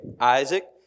Isaac